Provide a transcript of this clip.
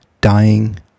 dying